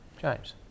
James